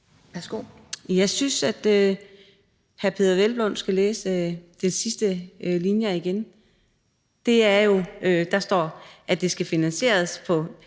Jeg synes, at hr. Peder Hvelplund skulle læse de sidste linjer igen. Der står, at det skal finansieres